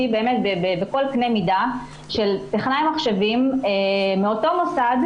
בכל קנה מידה של טכנאי מחשבים מאותו מוסד,